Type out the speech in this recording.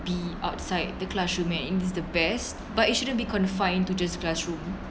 be outside the classroom and it is the best but it shouldn't be confined to just classroom